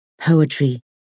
poetry